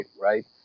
right